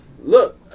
Look